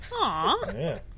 Aww